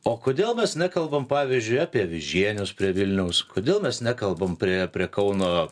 o kodėl mes nekalbam pavyzdžiui apie avižienius prie vilniaus kodėl mes nekalbam prie prie kauno